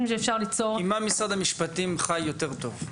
עם מה משרד המשפטים חי יותר טוב?